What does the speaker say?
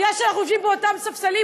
בגלל העובדה שאנחנו יושבים באותם ספסלים,